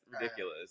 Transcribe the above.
ridiculous